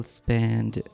spend